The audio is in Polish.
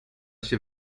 się